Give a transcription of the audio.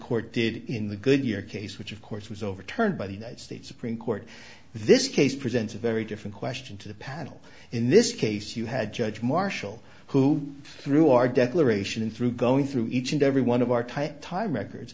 court did in the good year kate which of course was overturned by the united states supreme court this case presents a very different question to the panel in this case you had judge marshall who through our declaration and through going through each and every one of our type time records